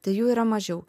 tai jų yra mažiau